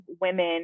women